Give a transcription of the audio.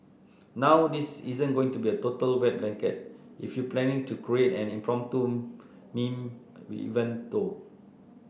now this isn't going to be a total wet blanket if you're planning to create an impromptu meme event though